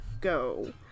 go